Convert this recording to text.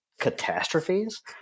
catastrophes